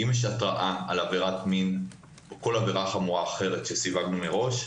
אם יש התרעה על עבירת מין או כל עבירה חמורה אחרת שסיווגנו מראש,